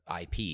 IP